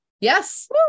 Yes